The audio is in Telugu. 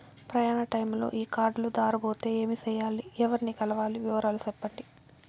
ప్రయాణ టైములో ఈ కార్డులు దారబోతే ఏమి సెయ్యాలి? ఎవర్ని కలవాలి? వివరాలు సెప్పండి?